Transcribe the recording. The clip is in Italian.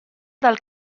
dal